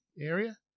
area